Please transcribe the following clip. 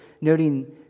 noting